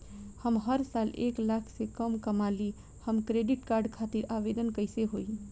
हम हर साल एक लाख से कम कमाली हम क्रेडिट कार्ड खातिर आवेदन कैसे होइ?